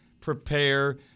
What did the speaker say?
prepare –